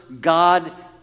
God